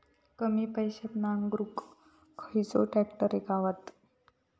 कमी पैशात नांगरुक खयचो ट्रॅक्टर गावात?